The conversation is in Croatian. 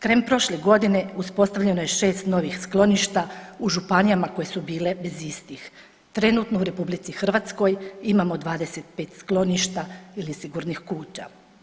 Krajem prošle godine uspostavljeno je šest novih skloništa u županijama koje su bile bez istih, trenutno u RH imamo 25 skloništa ili sigurnih kuća.